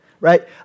right